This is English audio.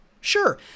Sure